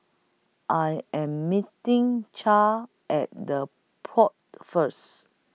I Am meeting Chadd At The Pod First